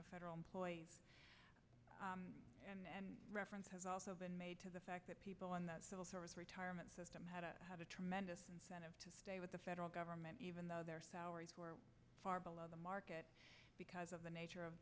of federal employees and reference has also been made to the fact that people in that civil service retirement system had to have a tremendous incentive to stay with the federal government even though their salaries were far below the market because of the nature of